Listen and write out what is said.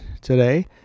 today